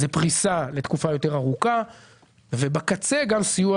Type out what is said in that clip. זה פריסה לתקופה יותר ארוכה ובקצה גם סיוע